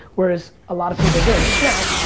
whereas a lot of people are doing it. now,